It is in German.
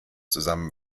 zusammen